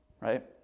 right